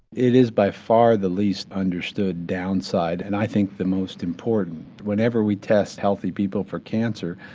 it is by far the least understood downside, and i think the most important. whenever we test healthy people for cancer,